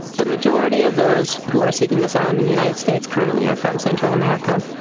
the majority of those who are seeking asylum in the united states currently are from central america.